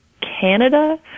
Canada